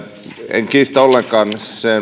en kiistä ollenkaan sen